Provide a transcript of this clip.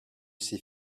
ses